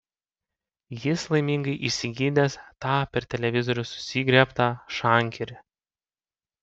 jis laimingai išsigydęs tą per televizorių susigriebtą šankerį